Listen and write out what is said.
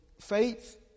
faith